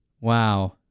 Wow